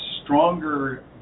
stronger